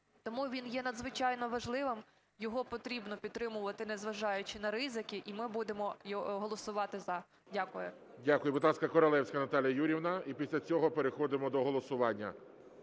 Тому він є надзвичайно важливим, його потрібно підтримувати, незважаючи на ризики, і ми будемо голосувати "за". Дякую. ГОЛОВУЮЧИЙ. Будь ласка, Королевська Наталія Юріївна, і після цього переходимо до голосування.